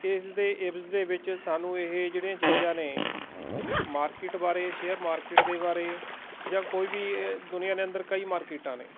ਇਸਦੇ ਇਵਜ਼ ਦੇ ਵਿੱਚ ਸਾਨੂੰ ਇਹ ਜਿਹੜੀਆਂ ਚੀਜ਼ਾਂ ਨੇ ਮਾਰਕਿਟ ਬਾਰੇ ਸ਼ੇਅਰ ਮਾਰਕਿਟ ਦੇ ਬਾਰੇ ਜਾਂ ਕੋਈ ਵੀ ਦੁਨੀਆਂ ਦੇ ਅੰਦਰ ਕਈ ਮਾਰਕਿਟਾਂ ਨੇ